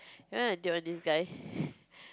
then I did want this guy